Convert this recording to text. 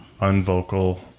unvocal